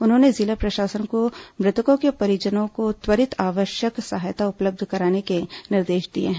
उन्होंने जिला प्रशासन को मृतकों के परिवारजनों को त्वरित आवश्यक सहायता उपलब्ध कराने के निर्देश दिए हैं